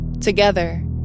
Together